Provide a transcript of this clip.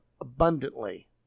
abundantly